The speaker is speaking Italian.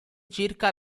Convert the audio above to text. circa